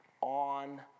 on